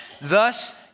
Thus